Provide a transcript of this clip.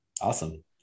Awesome